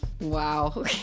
wow